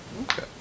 Okay